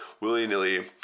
willy-nilly